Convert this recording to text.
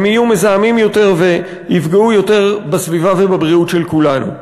הם יהיו מזהמים יותר ויפגעו יותר בסביבה ובבריאות של כולנו.